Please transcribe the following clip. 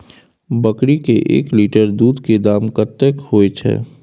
बकरी के एक लीटर दूध के दाम कतेक होय छै?